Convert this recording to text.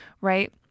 Right